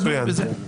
תדונו בזה.